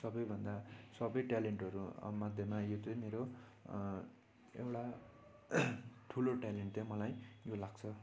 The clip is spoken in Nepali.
सबैभन्दा सबै ट्यालेन्टहरू मध्येमा यो त्यही मेरो एउटा ठुलो ट्यालेन्ट त्यही मलाई यो लाग्छ